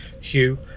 Hugh